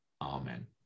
Amen